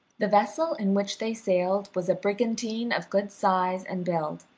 the vessel in which they sailed was a brigantine of good size and build,